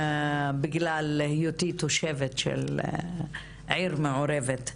בגלל היותי תושבת עיר מעורבת.